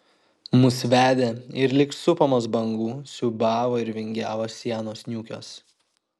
mus vedė ir lyg supamos bangų siūbavo ir vingiavo sienos niūkios